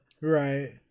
Right